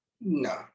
no